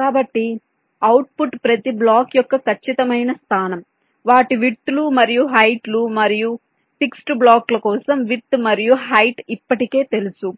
కాబట్టి అవుట్పుట్ ప్రతి బ్లాక్ యొక్క ఖచ్చితమైన స్థానం వాటి విడ్త్ లు మరియు హయిట్ లు మరియు ఫిక్స్డ్ బ్లాకుల కోసం విడ్త్ మరియు హయిట్ ఇప్పటికే తెలుసు